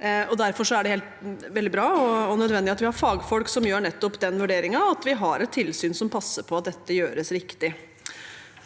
Derfor er det veldig bra og nødvendig at vi har fagfolk som gjør nettopp den vurderingen, og at vi har et tilsyn som passer på at dette gjøres riktig.